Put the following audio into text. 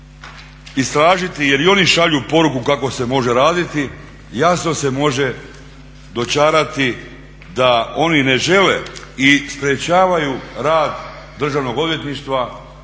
istražiti jer i oni šalju poruku kako se može raditi jasno se može dočarati da oni ne žele i sprečavaju rad Državnog odvjetništva